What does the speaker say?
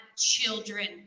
children